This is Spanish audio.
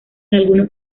algunos